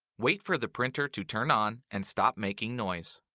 wait for the printer to turn on and stop making noise.